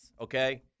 okay